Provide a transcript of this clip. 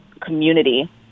community